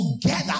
together